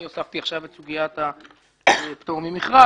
אני הוספתי עכשיו את סוגיית הפטור ממכרז,